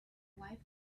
wife